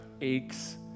aches